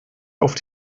auf